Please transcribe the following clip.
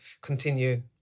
continue